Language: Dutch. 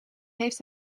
heeft